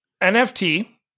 NFT